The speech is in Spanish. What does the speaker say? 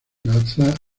casa